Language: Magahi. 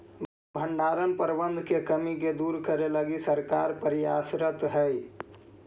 भण्डारण प्रबंधन के कमी के दूर करे लगी सरकार प्रयासतर हइ